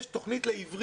יש תוכנית לחרשים.